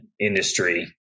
industry